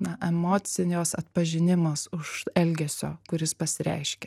na emocijos atpažinimas už elgesio kuris pasireiškia